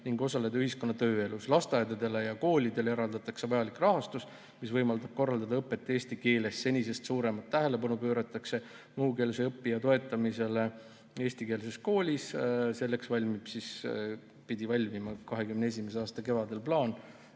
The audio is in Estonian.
ning osaleda ühiskonna‑ ja tööelus. Lasteaedadele ja koolidele eraldatakse vajalik rahastus, mis võimaldab korraldada õpet eesti keeles. Senisest suuremat tähelepanu pööratakse muukeelse õppija toetamisele eestikeelses koolis, selleks pidi valmima 2021. aasta kevadel plaan,